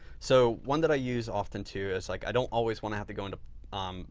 so, one that i use often too is like i don't always want to have to go into um